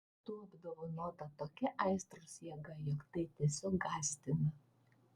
tu apdovanota tokia aistros jėga jog tai tiesiog gąsdina